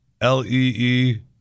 L-E-E